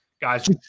guys